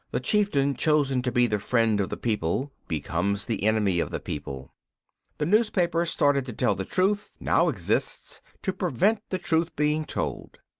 the chieftain chosen to be the friend of the people becomes the enemy of the people the newspaper started to tell the truth now exists to prevent the truth being told.